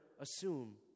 assume